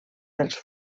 dels